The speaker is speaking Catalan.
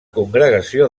congregació